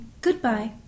Goodbye